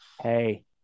Hey